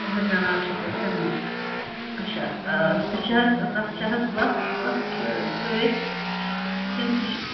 زٕ کَنال چھِو تۄہہِ کٕنٕنۍ اچھا سُہ چھِ حظ تَتھ چھِ حظ وَتھ پَتھ سۭ سۭتۍ کِنہٕ سُہ چھِ